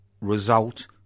result